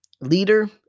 leader